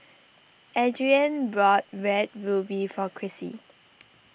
Adrianne bought Red Ruby for Chrissy